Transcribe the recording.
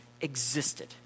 existed